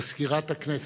מזכירת הכנסת,